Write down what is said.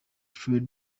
trade